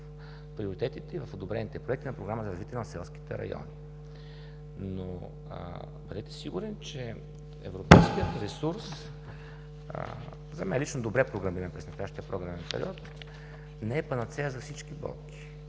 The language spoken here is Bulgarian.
приоритетите или в одобрените проекти на Програмата за развитие на селските райони. Бъдете сигурен, че европейският ресурс, за мен лично, е добре програмиран през настоящия програмен период, не е панацея за всички болки